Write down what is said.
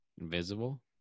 invisible